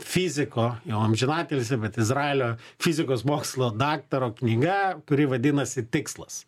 fiziko jau amžinatilsį bet izraelio fizikos mokslo daktaro knyga kuri vadinasi tikslas